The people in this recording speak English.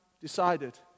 decided